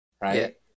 right